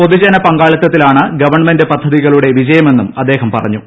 പൊതുജനപങ്കാളിത്തത്തിലാണ് government പദ്ധതികളുടെ വിജയമെന്നും അദ്ദേഹം പറഞ്ഞു